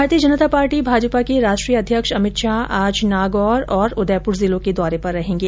भारतीय जनता पार्टी भाजपा के राष्ट्रीय अध्यक्ष अमित शाह आज नागौर और उदयपुर जिलों के दौरे पर रहेंगे